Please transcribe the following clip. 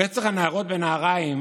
רצח הנערות בנהריים,